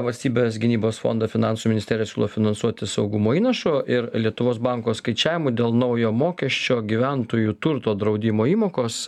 valstybės gynybos fondą finansų ministerija siūlo finansuoti saugumo įnašu ir lietuvos banko skaičiavimu dėl naujo mokesčio gyventojų turto draudimo įmokos